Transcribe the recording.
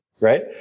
right